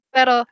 Pero